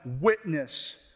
witness